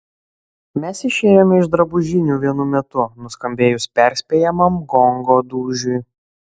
mes išėjome iš drabužinių vienu metu nuskambėjus perspėjamajam gongo dūžiui